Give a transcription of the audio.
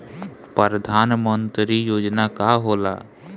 परधान मंतरी योजना का होला?